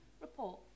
report